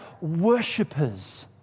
worshippers